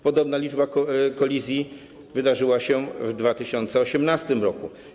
Podobna liczba kolizji wydarzyła się w 2018 r.